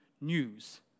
news